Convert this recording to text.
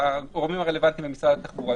הגורמים הרלוונטיים במשרד התחבורה.